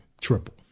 triple